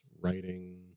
writing